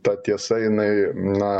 ta tiesa jinai na